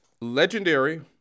Legendary